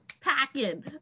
packing